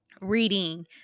reading